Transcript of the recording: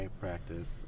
practice